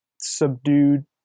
subdued